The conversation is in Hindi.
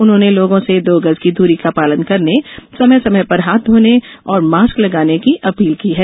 उन्होंने लोगों से दो गज की दूरी का पालन करने समय समय पर हाथ धोने और मास्क लगाने की अपील की है